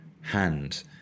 hand